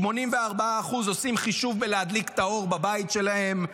84% עושים חישוב אם להדליק את האור בבית שלהם,